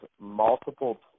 multiple